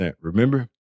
remember